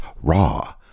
raw